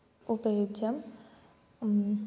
उपयुज्यम्